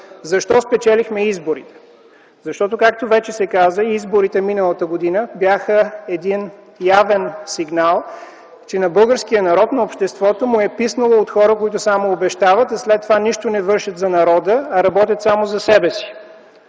Защо спечелихме изборите? Защото както вече се каза изборите миналата година бяха един явен сигнал, че на българския народ, на обществото му е писнало от хора, които само обещават и след това нищо не вършат за народа, а работят само за себе си.